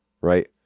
right